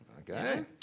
okay